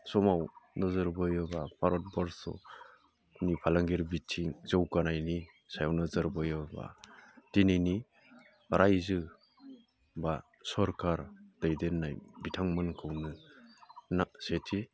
समाव नोजोर बोयोबा भारतबर्सनि फालांगिरि बिथिं जौगानायनि सायाव नोजोर बोयोबा दिनैनि रायजो बा सरकार दैदेननाय बिथांमोनखौनो सेथि